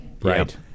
Right